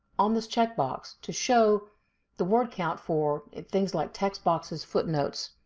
on this checkbox, to show the word count for things like text boxes, footnotes,